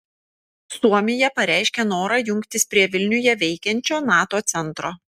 suomija pareiškė norą jungtis prie vilniuje veikiančio nato centro